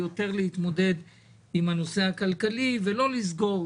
יותר להתמודד עם הנושא הכלכלי ולא לסגור